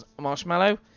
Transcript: marshmallow